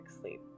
sleep